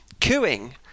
cooing